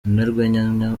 umunyarwenya